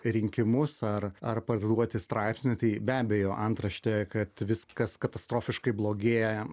rinkimus ar ar pavėluoti straipsnį tai be abejo antraštė kad viskas katastrofiškai blogėja